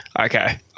Okay